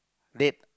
date